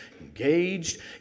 Engaged